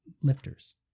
lifters